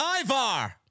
Ivar